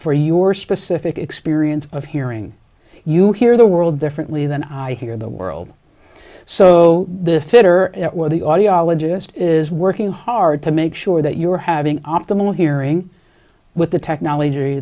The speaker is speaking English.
for your specific experience of hearing you hear the world differently than i hear the world so the fitter at one of the audiologist is working hard to make sure that you are having optimal hearing with the technology